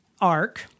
arc